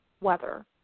weather